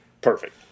Perfect